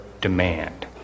demand